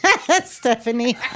Stephanie